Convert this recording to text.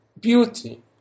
beauty